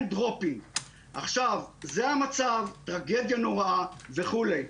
זה המצב, טרגדיה נוראה וכו'.